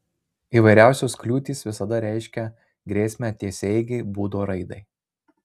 įvairiausios kliūtys visada reiškia grėsmę tiesiaeigei būdo raidai